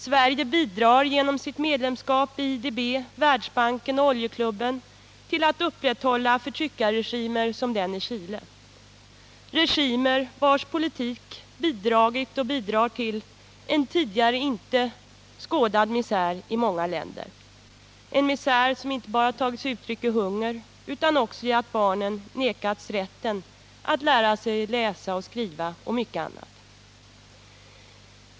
Sverige bidrar genom sitt medlemskap i IDB, Världsbanken och oljeklubben till att upprättahålla förtryckarregimer som den i Chile, regimer vilkas politik bidragit och bidrar till en tidigare inte skådad misär i många länder, en misär som inte bara tagit sig uttryck i hunger utan också i att barnen nekats rätten att lära sig läsa och skriva och mycket annat.